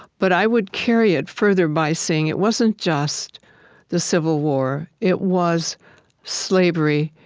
but i would carry it further by saying it wasn't just the civil war. it was slavery.